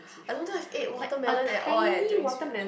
I don't think I ate watermelon at all eh during Sweden